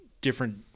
different